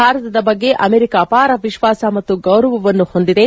ಭಾರತದ ಬಗ್ಗೆ ಅಮೆರಿಕಾ ಅಪಾರ ವಿಶ್ವಾಸ ಮತ್ತು ಗೌರವವನ್ನು ಹೊಂದಿದೆ